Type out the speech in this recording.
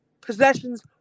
possessions